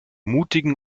mutigen